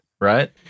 right